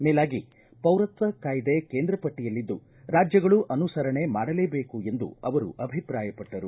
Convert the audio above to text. ಮೇಲಾಗಿ ಪೌರತ್ವ ಕಾಯ್ದೆ ಕೇಂದ್ರ ಪಟ್ಟಯಲ್ಲಿದ್ದು ರಾಜ್ಯಗಳು ಅನುಸರಣೆ ಮಾಡಲೇಬೇಕು ಎಂದು ಅವರು ಅಭಿಪ್ರಾಯಪಟ್ಟರು